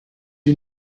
you